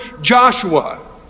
Joshua